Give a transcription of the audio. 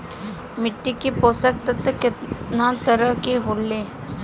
मिट्टी में पोषक तत्व कितना तरह के होला?